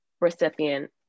recipient